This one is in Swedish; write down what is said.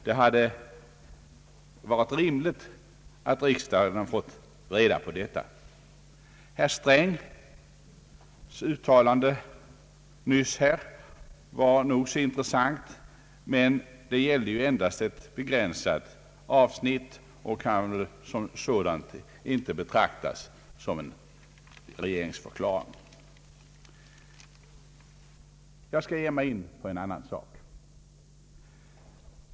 Det hade varit rimligt att riksdagen fått reda på detta. Herr Strängs anförande nyss var nog så intressant, men det gällde ju endast ett begränsat avsnitt och kan som sådant inte betraktas som en regeringsförklaring. Jag skall ge mig in på en annan sak.